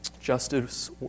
Justice